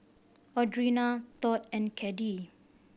Audrina Todd and Caddie